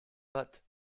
but